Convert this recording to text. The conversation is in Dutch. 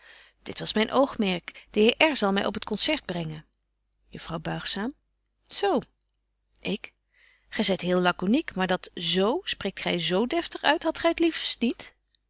dit was myn oogmerk de heer r zal my op t concert brengen juffrouw buigzaam zo ik gy zyt heel laconicq maar dat z spreekt gy z deftig uit hadt gy t liefst niet